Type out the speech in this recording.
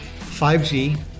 5G